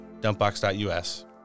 Dumpbox.us